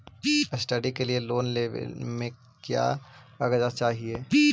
Study के लिये loan लेने मे का क्या कागजात चहोये?